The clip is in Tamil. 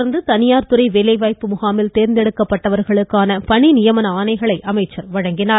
தொடர்ந்து தனியார் துறை வேலைவாய்ப்பு இதனைத் தேர்ந்தெடுக்கப்பட்டவர்களுக் பணி நியமன ஆணைகளையும் அமைச்சர் வழங்கினார்